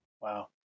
Wow